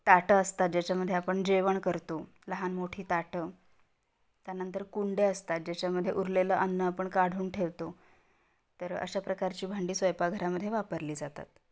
ताटं असतात ज्याच्यामध्ये आपण जेवण करतो लहान मोठी ताटं त्यानंतर कुंडे असतात ज्याच्यामध्ये उरलेलं अन्न आपण काढून ठेवतो तर अशा प्रकारची भांडी स्वयंपाकघरामध्ये वापरली जातात